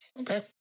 Okay